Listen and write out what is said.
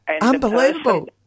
Unbelievable